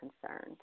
concerned